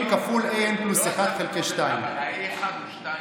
An כפול An + 1 חלקי 2. אבל ה-A1 הוא 2 מראש.